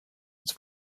its